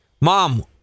Mom